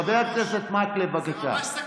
חבר הכנסת מקלב, בבקשה.